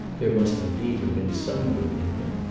there must indeed have been some good in him.